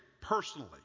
personally